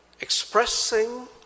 expressing